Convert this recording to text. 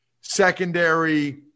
secondary